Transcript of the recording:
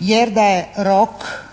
jer da je rok